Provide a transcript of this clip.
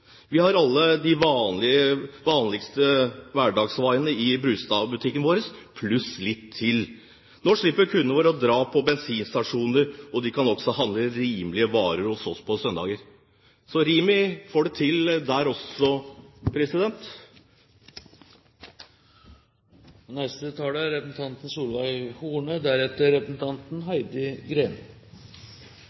Vi har alle de vanligste hverdagsvarene i Brudstadbua vår, pluss litt til. Nå slipper kundene våre å dra på bensinstasjonen, de kan også handle rimelige varer hos oss på søndager.» Så Rimi får det til der også. Det er